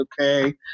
okay